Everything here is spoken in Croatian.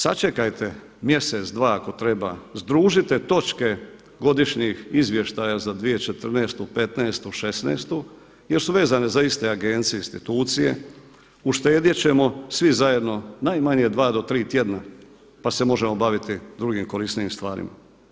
Sačekajte mjesec, dva ako treba, združite točke godišnjih izvještaja za 2014., 2015., 2016. jer su vezane za iste agencije, institucije, uštedjet ćemo svi zajedno najmanje dva do tri tjedna pa se možemo baviti drugim korisnijim stvarima.